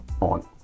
on